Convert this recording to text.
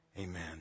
Amen